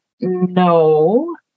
No